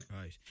Right